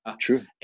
True